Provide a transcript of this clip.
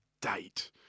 date